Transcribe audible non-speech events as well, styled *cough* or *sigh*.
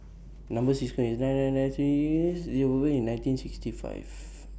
Number sequence IS nine nine nine thirty eightieth *unintelligible* nineteen sixty five